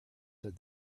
said